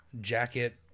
jacket